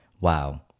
wow